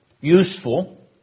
useful